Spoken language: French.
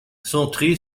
centré